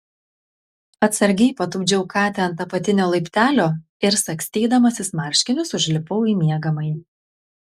atsargiai patupdžiau katę ant apatinio laiptelio ir sagstydamasis marškinius užlipau į miegamąjį